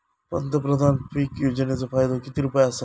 पंतप्रधान पीक योजनेचो फायदो किती रुपये आसा?